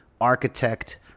architect